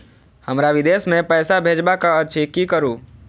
हमरा विदेश मे पैसा भेजबाक अछि की करू?